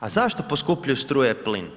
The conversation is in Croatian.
A zašto poskupljuju struja i plin?